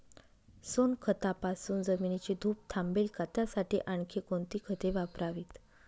सोनखतापासून जमिनीची धूप थांबेल का? त्यासाठी आणखी कोणती खते वापरावीत?